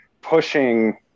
pushing